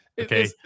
okay